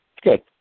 Good